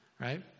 Right